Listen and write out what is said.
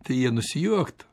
tai jie nusijuoktų